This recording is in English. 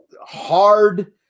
hard